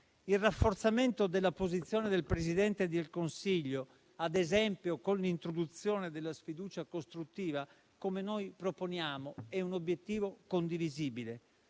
Il rafforzamento della posizione del Presidente del Consiglio, ad esempio, con l'introduzione della sfiducia costruttiva - come noi proponiamo - è un obiettivo condivisibile.